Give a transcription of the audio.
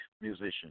musician